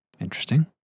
Interesting